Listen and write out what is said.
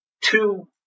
two